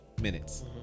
minutes